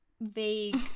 vague